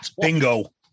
Bingo